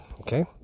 okay